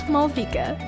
Malvika